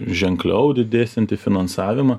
ženkliau didėsiantį finansavimą